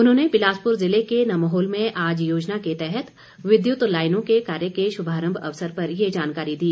उन्होंने बिलासपुर ज़िले के नम्होल में आज योजना को तहत विद्युत लाइनों के कार्य के शुभारम्भ अवसर पर ये जानकारी दी